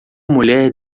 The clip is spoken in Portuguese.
mulher